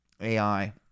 A-I